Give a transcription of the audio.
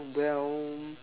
well